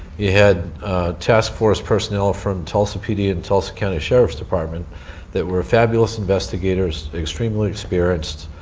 you had task force personnel from tulsa pd and tulsa county sheriff's department that were fabulous investigators, extremely experienced.